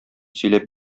сөйләп